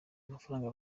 mafaranga